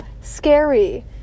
scary